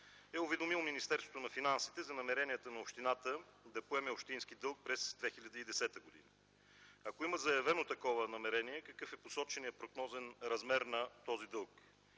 е уведомил Министерството на финансите за намерението на общината да поеме общински дълг през 2010 г. Ако има заявено такова намерение, какъв е посоченият прогнозен размер на този дълг?